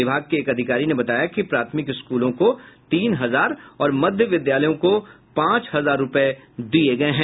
विभाग के एक अधिकारी ने बताया कि प्राथमिक स्कूल को तीन हजार और मध्य विद्यालय को पांच हजार रूपये दिये गये हैं